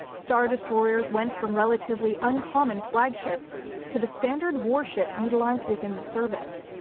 star destroyers went from relatively uncommon flagships to the standard warship utilized within the service.